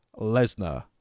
Lesnar